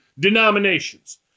Denominations